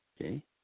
Okay